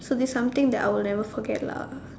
so this is something I will never forget lah